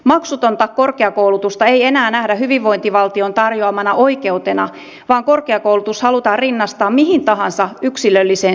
maksutonta korkeakoulutusta ei enää nähdä hyvinvointivaltion tarjoamana oikeutena vaan korkeakoulutus halutaan rinnastaa mihin tahansa yksilölliseen sijoitukseen